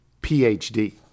Ph.D